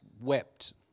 wept